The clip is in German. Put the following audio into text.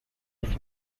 ist